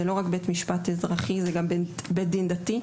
זה לא רק בית משפט אזרחי אלא זה גם בית דין דתי.